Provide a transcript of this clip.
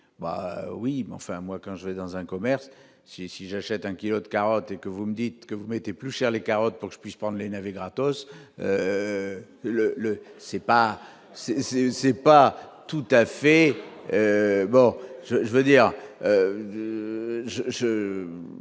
bah oui, mais enfin moi, quand je vais dans un commerce si si j'achète un kilo de carottes et que vous me dites que vous mettez plus cher les carottes pour que je puisse prendre les navettes gratos le le c'est pas c'est c'est pas tout à fait, bah je, je veux dire